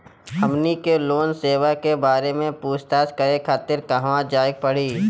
हमनी के लोन सेबा के बारे में पूछताछ करे खातिर कहवा जाए के पड़ी?